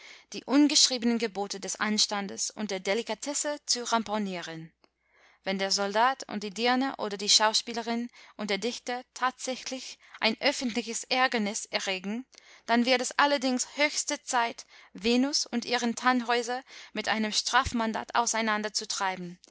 die ungeschriebenen gebote des anstandes und der delikatesse zu ramponieren wenn der soldat und die dirne oder die schauspielerin und der dichter tatsächlich ein öffentliches ärgernis erregen dann wird es allerdings höchste zeit venus und ihren tannhäuser mit einem strafmandat auseinander